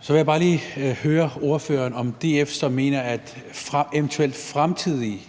Så vil jeg bare lige høre ordføreren, om DF så mener, at eventuelle fremtidige